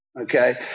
okay